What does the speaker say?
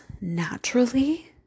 naturally